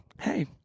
hey